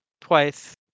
twice